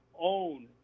own